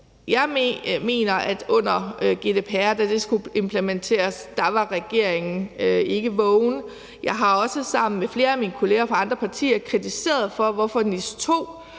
Jeg mener, at da GDPR skulle implementeres, var regeringen ikke vågen. Jeg har også sammen med flere af mine kolleger fra andre partier kritiseret den for, at NIS 2